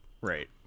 Right